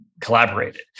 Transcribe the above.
collaborated